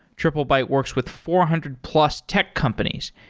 triplebyte works with four hundred plus tech companies,